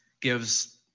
gives